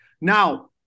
Now